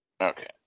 Okay